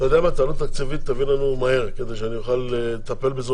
את העלות התקציבית תביא לנו מהר כדי שאני אוכל לטפל בזה